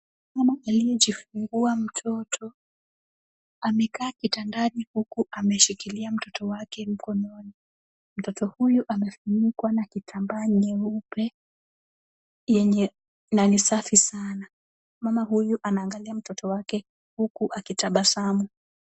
Mama aliyejifungua mtoto amekaa kitandani huku ameshikilia mtoto wake mikononi. Mtoto huyu amefunikwa na kitamba nyeupe yenye na ni safi sana. Mama huyu anaangalia mtoto wake huku akitabasamu.